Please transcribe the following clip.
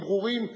דברים ברורים,